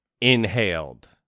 inhaled